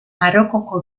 marokoko